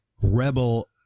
Rebel